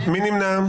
מי נמנע?